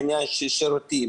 בעניין של שירותים,